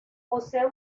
posee